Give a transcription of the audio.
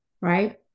right